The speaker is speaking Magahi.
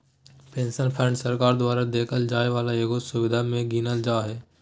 पेंशन फंड सरकार द्वारा देवल जाय वाला एगो सुविधा मे गीनल जा हय